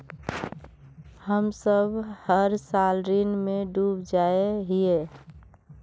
हम सब हर साल ऋण में डूब जाए हीये?